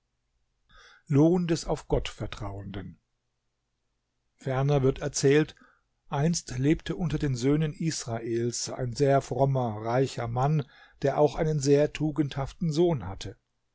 lohn des auf gott vertrauenden ferner wird erzählt einst lebte unter den söhnen israels ein sehr frommer reicher mann der auch einen sehr tugendhaften sohn hatte